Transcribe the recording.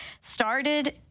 started